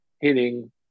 hitting